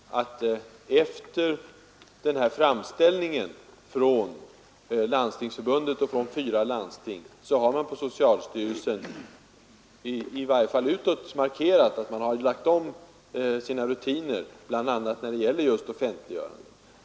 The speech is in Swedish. Herr talman! Det är väl ändå så, att efter framställningen från Landstingsförbundet och fyra landsting har man på socialstyrelsen — i varje fall utåt — markerat att man har lagt om sina rutiner, bl.a. när det gäller just offentliggörandet.